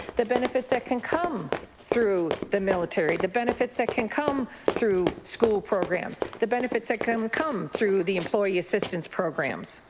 the benefits that can come through the military, the benefits that can come through school programs, the benefits that can come through the employee assistance programs.